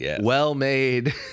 well-made